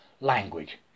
Language